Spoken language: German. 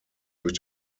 durch